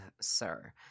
sir